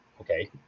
Okay